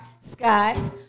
sky